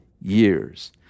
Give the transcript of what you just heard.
years